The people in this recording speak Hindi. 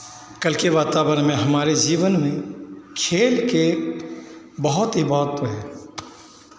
कल के वातावरण में हमारे जीवन में खेल के बहुत ही महत्व है